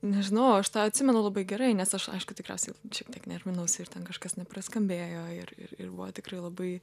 nežinau aš tą atsimenu labai gerai nes aš aišku tikriausiai šiek tiek nervinausi ir ten kažkas nepraskambėjo ir ir ir buvo tikrai labai